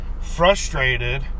frustrated